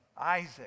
Isaac